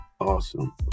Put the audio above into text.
Awesome